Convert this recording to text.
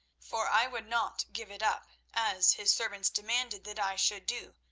for i would not give it up, as his servants demanded that i should do,